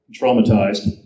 traumatized